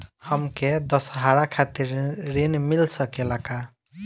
हमके दशहारा खातिर ऋण मिल सकेला का?